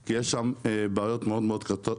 כי יש שם בעיות מאוד קשות.